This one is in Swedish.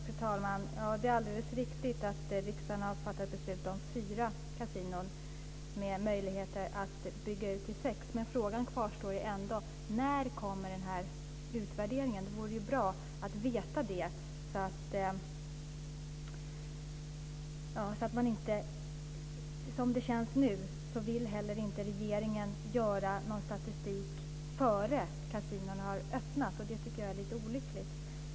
Fru talman! Det är alldeles riktigt att riksdagen har fattat beslut om fyra kasinon med möjligheter att bygga ut till sex. Frågan kvarstår ändå: När kommer utvärderingen? Det vore bra att veta det. Som det känns nu vill inte regeringen göra någon statistik innan kasinona har öppnat. Det tycker jag är lite olyckligt.